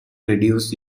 reduced